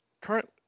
current